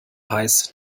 heiß